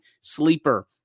Sleeper